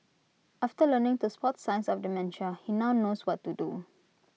after learning to spot signs of dementia he now knows what to do